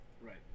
Right